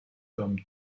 comme